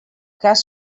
cas